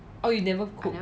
oh you never cook